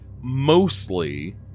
Mostly